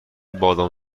بادام